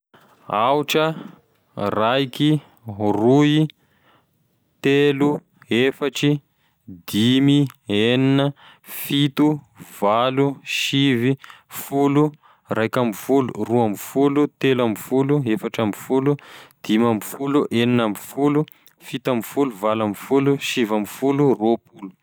Aotra, raiky, roy, telo, efatry, dimy, enigny, fito, valo, sivy, folo, raiky amby folo, roa amby folo, telo amby folo, efatry amby folo, dimy amby folo, enigny amby folo, fito amby folo, valo amby folo, sivy amby folo, roapolo.